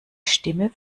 stimme